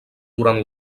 durant